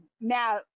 now